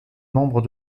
membre